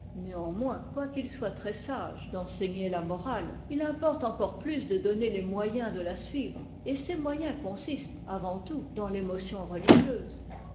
néanmoins quoiqu'il soit très-sage d'enseigner la morale il importe encore plus de donner les moyens de la suivre et ces moyens consistent avant tout dans rémotion religieuse